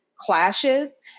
clashes